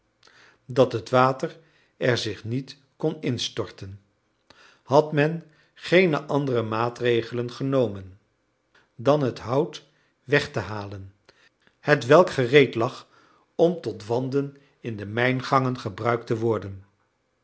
dat het water er zich niet kon instorten had men geene andere maatregelen genomen dan het hout weg te halen hetwelk gereed lag om tot wanden in de mijngangen gebruikt te worden